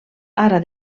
ara